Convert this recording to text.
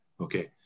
okay